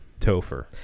Topher